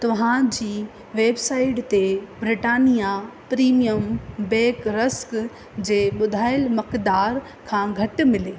तव्हांजी वेबसाइट ते Britannia premium bake rusk जे ॿुधायल मक़दार खां घटि मिली